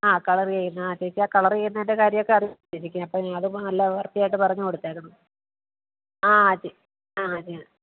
ആ കളർ ചെയ്യുന്നത് ആ ചേച്ചി ആ കളർ ചെയ്യുന്നതിൻ്റെ കാര്യമൊക്കെ അറിയാമല്ലോ ചേച്ചിക്ക് അപ്പം അതൊന്ന് എല്ലാവർക്കുമായിട്ട് പറഞ്ഞ് കൊടുത്തേക്കണം ആ ചെ ആ ചെയ്യാം